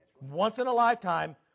Once-in-a-lifetime